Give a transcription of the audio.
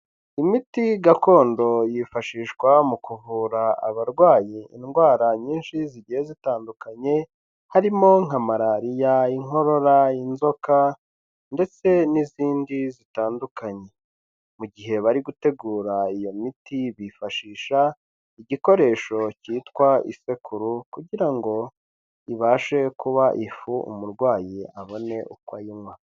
Imiti gakondo yifashishwa mu kuvura abarwayi indwara nyinshi zigiye zitandukanye, harimo nka malariya, inkorora, inzoka ndetse n'izindi zitandukanye, mu gihe bari gutegura iyo miti bifashisha igikoresho cyitwa isekuru kugira ngo ibashe kuba ifu umurwayi abone uko ayinywa.